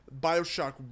Bioshock